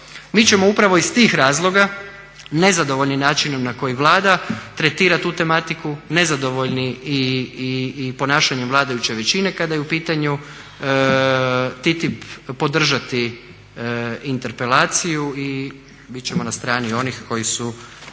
Mi ćemo upravo iz tih razloga nezadovoljni načinom na koji Vlada tretira tu tematiku, nezadovoljni i ponašanjem vladajuće većine kada je u pitanju TTIP podržati interpelaciju i bit ćemo na strani onih koji su